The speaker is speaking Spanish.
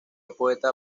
poeta